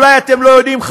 אולי אתם לא יודעים,